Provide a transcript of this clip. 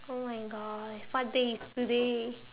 oh my god what day is today